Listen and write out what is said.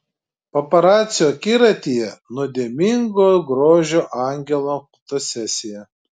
paparacių akiratyje nuodėmingo grožio angelo fotosesija